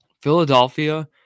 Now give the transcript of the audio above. Philadelphia